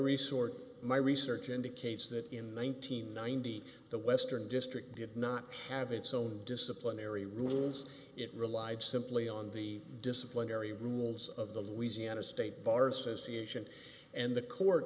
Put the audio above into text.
resort my research indicates that in one thousand ninety the western district did not have its own disciplinary rules it relied simply on the disciplinary rules of the louisiana state bar association and the court